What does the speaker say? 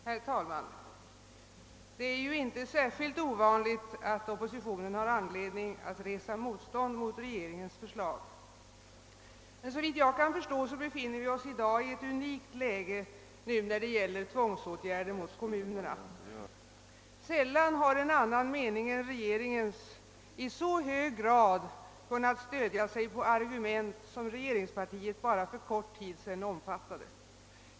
Herr talman! Det är ju inte särskilt ovanligt att oppositionen har anledning att resa motstånd mot regeringens förslag, men såvitt jag förstår befinner vi oss i dag i ett unikt läge när det gäller tvångsåtgärderna mot kommunerna. Sällan har en annan mening än regeringens i så hög grad kunnat stödja sig på argument som regeringspartiet bara för kort tid sedan omfattade.